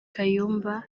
kayumba